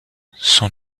son